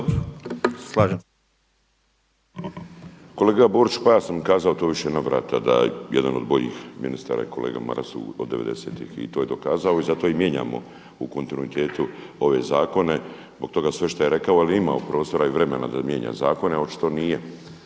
Kolega Borić, pa ja sam kazao tu u više navrata da je jedan od boljih ministara i kolega Maras od devedesetih i to je dokazao i zato i mijenjamo u kontinuitetu ove zakone. Zbog toga sve što je rekao, ali je imao prostora i vremena da mijenja zakone. Očito nije